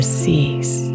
cease